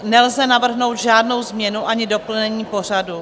Nelze navrhnout žádnou změnu ani doplnění pořadu.